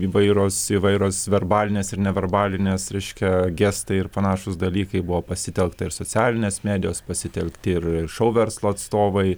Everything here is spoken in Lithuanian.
įvairios įvairios verbalinės ir neverbalinės reiškia gestai ir panašūs dalykai buvo pasitelkta ir socialinės medijos pasitelkti ir šou verslo atstovai